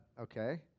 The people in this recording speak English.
okay